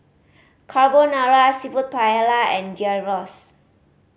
Carbonara Seafood Paella and Gyros